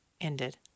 ended